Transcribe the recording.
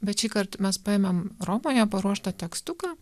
bet šįkart mes paėmėm romoje paruoštą tekstuką